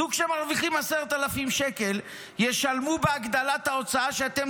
זוג שמרוויחים 10,000 שקל ישלמו בהגדלת ההוצאה שאתם